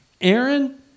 Aaron